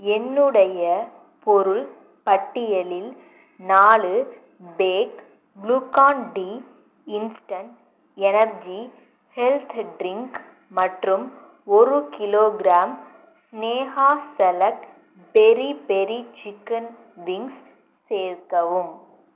என்னுடைய பொருள் பட்டியலில் நாலு pack glucon D instant energy health drink மற்றும் ஒரு kilogram Sneha select peri peri chicken wings சேர்க்கவும்